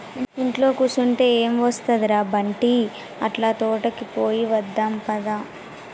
ఇంట్లో కుసంటే ఎం ఒస్తది ర బంటీ, అట్లా తోటకి పోయి వద్దాం పద